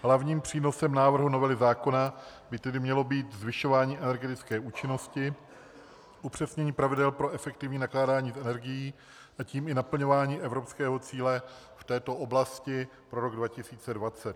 Hlavním přínosem návrhu novely zákona by tedy mělo být zvyšování energetické účinnosti, upřesnění pravidel pro efektivní nakládání s energií, a tím i naplňování evropského cíle v této oblasti pro rok 2020.